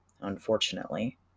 unfortunately